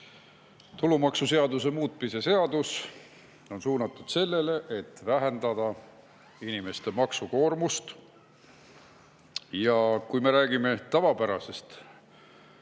Tulumaksuseaduse muutmise seadus on suunatud sellele, et vähendada inimeste maksukoormust. Ja kui me räägime tavapärasest